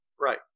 Right